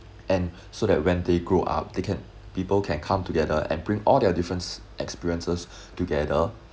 and so that when they grow up they can people can come together and bring all their difference experiences together